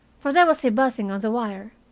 for there was a buzzing on the wire.